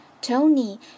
Tony